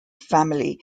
family